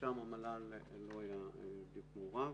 ששם המל"ל לא היה מעורב.